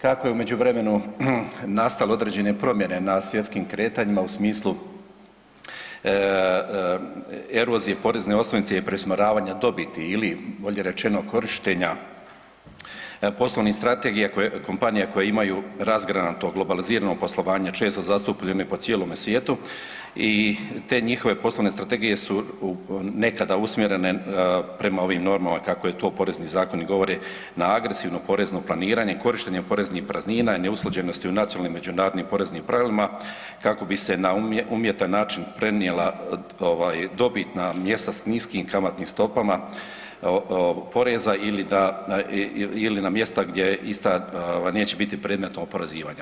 Kako je u međuvremenu nastale određene promjene na svjetskim kretanjima u smislu erozije porezne osnovnice i preusmjeravanja dobiti ili bolje rečeno korištenja poslovnih strategija kompanija koje imaju razgranato, globalizirano poslovanje često zastupljeni po cijelome svijetu i te njihove poslovne strategije su nekada usmjerene prema ovim normalno kako to i porezni zakoni govore na agresivno porezno planiranje, korištenje poreznih praznina i neusklađenosti u nacionalnim i međunarodnim poreznim pravilima kako bi se na umjetan način prenijela ovaj dobit na mjesta s niskim kamatnim stopama poreza ili da, ili na mjesta gdje ista neće biti predmet oporezivanja.